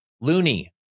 loony